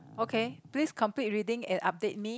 okay please complete reading and update me